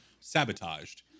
sabotaged